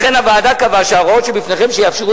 לכן קבעה הוועדה שההוראות שבפניכם שיאפשרו